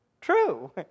true